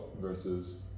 versus